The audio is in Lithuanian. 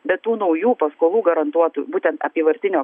be tų naujų paskolų garantuotų būtent apyvartinio